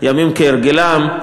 ימים כהרגלם.